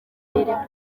rwanda